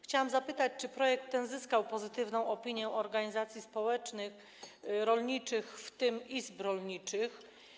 Chciałam zapytać, czy projekt ten zyskał pozytywną opinię organizacji społecznych, rolniczych, w tym izb rolniczych.